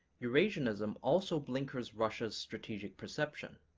eurasianism also blinkers russia's strategic perception.